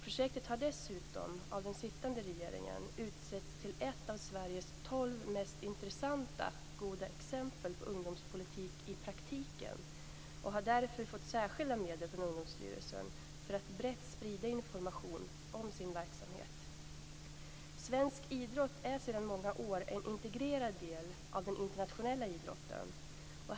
Projektet har dessutom av den sittande regeringen utsetts till ett av Sveriges tolv mest intressanta goda exempel på ungdomspolitik i praktiken och har därför fått särskilda medel från Ungdomsstyrelsen för att brett sprida information om sin verksamhet. Svensk idrott är sedan många år en integrerad del av den internationella idrotten.